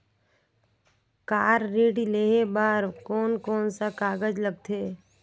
Car ऋण लेहे बार कोन कोन सा कागज़ लगथे?